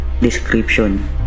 description